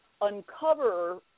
uncover